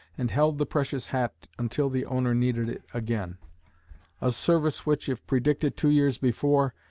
and held the precious hat until the owner needed it again a service which, if predicted two years before,